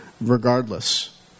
regardless